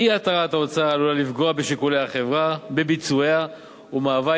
אי-התרת ההוצאה עלולה לפגוע בשיקולי החברה ובביצועיה ומהווה